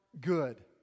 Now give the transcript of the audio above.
good